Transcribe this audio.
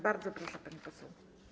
Bardzo proszę, pani poseł.